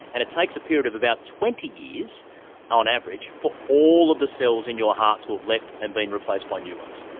and it takes a period of about twenty years on average for all of the cells in your heart to have left and been replaced by new ones.